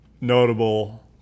notable